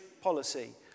policy